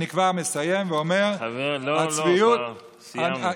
אני כבר מסיים, ואומר, לא, לא, כבר סיימנו.